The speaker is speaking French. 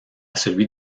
celui